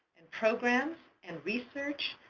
and programs and research,